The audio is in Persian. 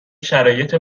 شرایط